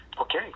okay